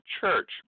church